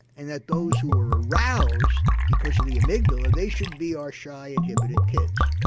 and that those who were aroused because of the amygdala they should be our shy, inhibited kids.